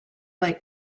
like